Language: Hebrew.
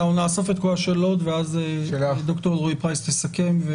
נאסוף את כל השאלות וד"ר אלרעי-פרייס תסכם.